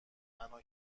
تنها